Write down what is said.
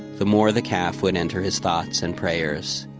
the more the calf would enter his thoughts and prayers.